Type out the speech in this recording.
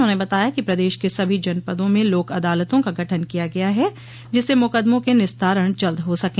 उन्होंने बताया कि प्रदेश के सभी जनपदों में लोक अदालतों का गठन किया गया है जिससे मुकदमों के निस्तारण जल्द हो सके